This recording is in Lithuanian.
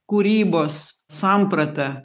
kūrybos samprata